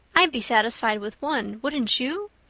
i'd be satisfied with one, wouldn't you?